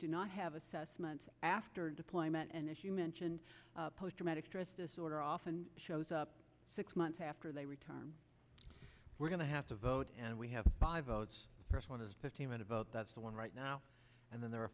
do not have assessments after deployment and as you mentioned post traumatic stress disorder often shows up six months after they return we're going to have to vote and we have five votes fifteen minute vote that's the one right now and then there